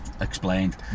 Explained